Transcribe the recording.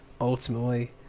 ultimately